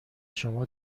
شما